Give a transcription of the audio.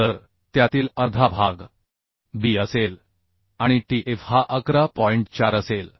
तर त्यातील अर्धा भाग b असेल आणि t f हा 11 असेल